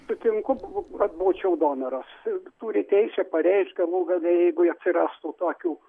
sutinku kad būčiau donoras turi teisę pareikšt galų gale jeigu atsirastų tokių